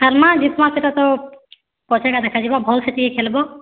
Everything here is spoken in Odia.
ହାର୍ମା ଜିତ୍ମା ସେଟା ତ ପଛେ ଏକା ଦେଖାଯିବ ଭଲ୍ସେ ଟିକେ ଖେଲ୍ବ